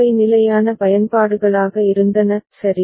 அவை நிலையான பயன்பாடுகளாக இருந்தன சரி